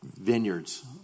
vineyards